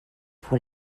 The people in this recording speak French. pour